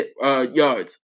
yards